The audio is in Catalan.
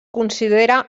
considera